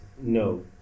no